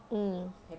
mm